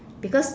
because